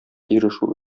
ирешү